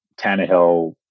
Tannehill